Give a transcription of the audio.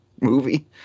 movie